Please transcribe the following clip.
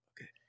okay